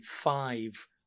five